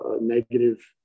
negative